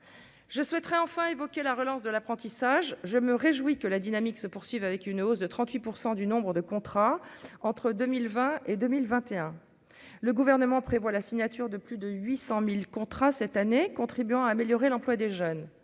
je souhaiterais enfin évoquer la relance de l'apprentissage, je me réjouis que la dynamique se poursuivent avec une hausse de 38 % du nombre de contrats entre 2020 et 2021, le gouvernement prévoit la signature de plus de 800000 contrats cette année, contribuant à améliorer l'emploi des jeunes,